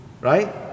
Right